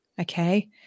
okay